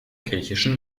griechischen